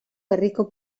herriko